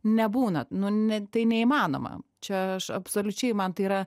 nebūna nu ne tai neįmanoma čia aš absoliučiai man tai yra